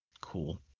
cool